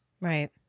Right